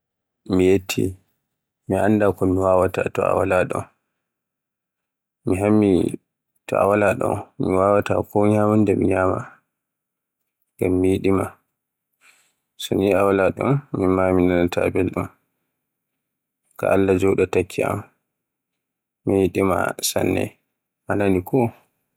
Miyetti mi annda ko mi wawaata to a wala ɗon, mi hammi to a wala ɗon mi wawaata ko ñyamunda mi ñyaama, ngam mi yiɗi ma. So ni a wala ɗon min mi naaanata belɗum. Ga Alla joɗa takki am, mi yiɗi maa sanne, a naani ko.